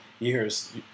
years